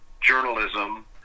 journalism